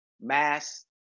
Mass